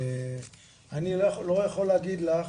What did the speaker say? אני לא יכול להגיד לך,